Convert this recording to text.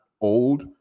old